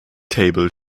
table